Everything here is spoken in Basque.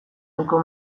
ohiko